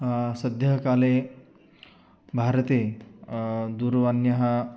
सद्यः काले भारते दूरवाण्याः